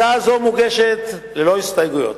הצעה זו מוגשת ללא הסתייגויות,